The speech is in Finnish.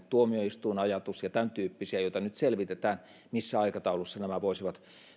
tuomioistuin ajatus ja tämäntyyppisiä joista nyt selvitetään missä aikataulussa nämä voisivat